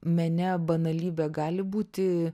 mene banalybė gali būti